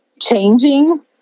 changing